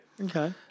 Okay